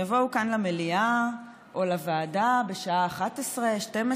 יבואו כאן למליאה או לוועדה בשעה 23:00,